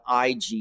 IG